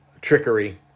trickery